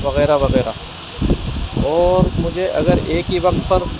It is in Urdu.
وغیرہ وغیرہ اور مجھے اگر ایک ہی وقت پر